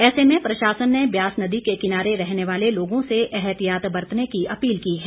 ऐसे में प्रशासन ने व्यास नदी के किनारे रहने वाले लोगों से एहतियात बरतने की अपील की है